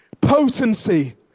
Potency